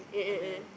mm mm mm